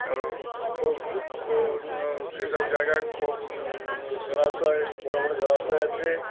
এবং খুব ও সেসব জায়গায় খুব জলাশয় বড়ো বড়ো জলাশয় আছে